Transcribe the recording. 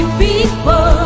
people